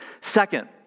Second